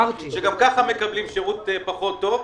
שגם ככה מקבלים שירות פחות טוב.